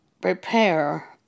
prepare